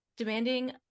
demanding